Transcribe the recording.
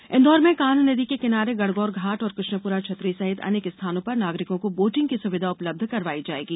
boating Indore में कान्ह नदी के किनारे गणगौर घाट और कृष्णपुरा छत्री सहित अनेक स्थानों पर नागरिकों को बोटिंग की सुविधा उपलब्ध करवाई जाएगी